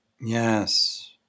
Yes